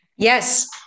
Yes